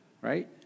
right